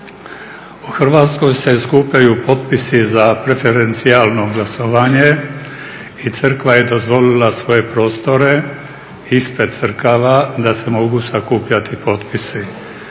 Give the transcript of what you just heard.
U Hrvatskoj se skupljaju potpisi za preferencijalno glasovanje i Crkva je dozvolila svoje prostore ispred crkava da se mogu sakupljati potpisi.